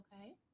okay